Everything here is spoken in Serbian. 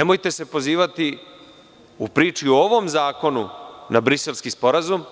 Nemojte se pozivati u priči o ovom zakonu na Briselski sporazum,